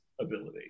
ability